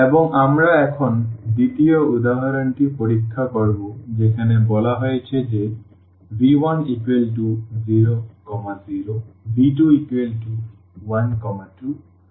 এবং আমরা এখন দ্বিতীয় উদাহরণটি পরীক্ষা করব যেখানে বলা হয়েছে যে v100v212 লিনিয়ারলি ইন্ডিপেন্ডেন্ট